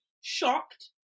shocked